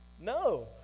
No